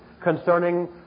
concerning